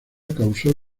causó